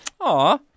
Aw